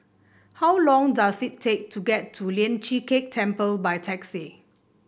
how long does it take to get to Lian Chee Kek Temple by taxi